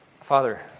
Father